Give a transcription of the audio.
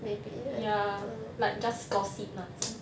ya like just gossip mah